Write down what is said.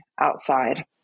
outside